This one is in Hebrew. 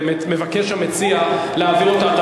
ומבקש המציע להעביר אותה,